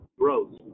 growth